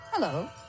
Hello